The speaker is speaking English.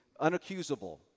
unaccusable